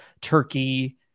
Turkey